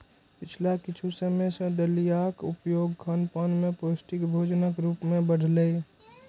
पिछला किछु समय सं दलियाक उपयोग खानपान मे पौष्टिक भोजनक रूप मे बढ़लैए